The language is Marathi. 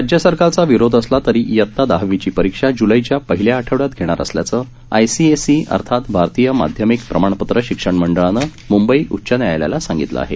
राज्य सरकारचा विरोध असला तरी इयत्ता दहावीची अंतिम परीक्षा ज्लैच्या पहिल्या आठवड्यात घेणार असल्याचं आय सी एस ई अर्थात भारतीय माध्यमिक प्रमाणपत्र शिक्षण मंडळानं मुंबई उच्च न्यायालयाला सांगितलं आहे